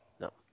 No